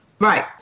Right